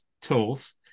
tools